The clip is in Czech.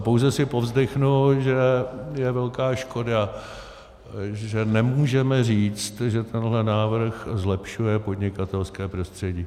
Pouze si povzdechnu, že je velká škoda, že nemůžeme říct, že tenhle návrh zlepšuje podnikatelské prostředí.